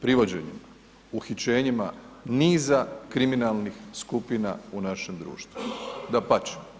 privođenjima, uhićenjima niza kriminalnih skupina u našem društvu, dapače.